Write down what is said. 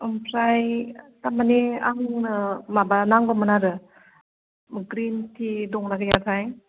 ओमफ्राय थारमानि आंनो माबा नांगौमोन आरो ग्रिन टि दंना गैयाथाय